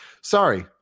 Sorry